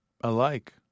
alike